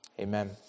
Amen